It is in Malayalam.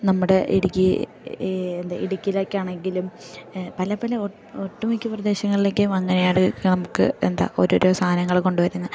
നമ്മുടെ ഇടുക്കി എന്താ ഇടുക്കിയിലേക്കാണെങ്കിലും പല പല ഒട്ടുമിക്ക പ്രദേശങ്ങളിലേക്കും അങ്ങനെയാണ് നമുക്ക് എന്താ ഓരോരോ സാധനങ്ങൾ കൊണ്ടു വരുന്നത്